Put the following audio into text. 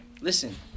Listen